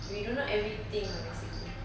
we don't know everything ah basically